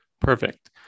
Perfect